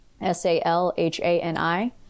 s-a-l-h-a-n-i